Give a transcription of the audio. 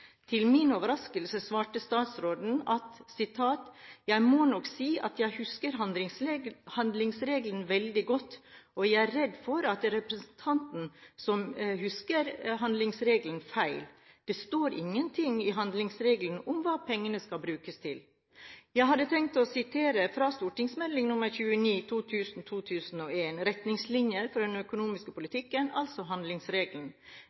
Til min overraskelse svarte statsråden: «Jeg må nok si at jeg husker handlingsregelen veldig godt og er redd for at det er representanten som husker handlingsregelen feil. Det står ingenting i handlingsregelen om hva pengene skal brukes til.» Jeg hadde tenkt å sitere fra St.meld. nr. 29 for 2000–2001, Retningslinjer for den økonomiske politikken, altså handlingsregelen.